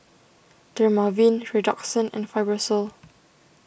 Dermaveen Redoxon and Fibrosol